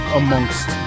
amongst